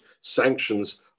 sanctions